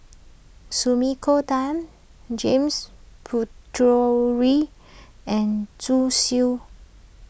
Sumiko Tan James and Zhu Xu